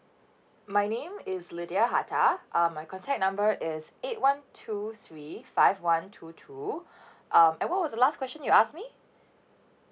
my name is lydia hata um my contact number is eight one two three five one two two um and what was the last question you asked me